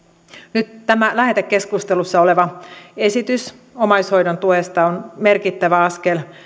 nyt tämä lähetekeskustelussa oleva esitys omaishoidon tuesta on merkittävä askel